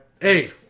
Hey